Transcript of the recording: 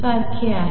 सारखे आहे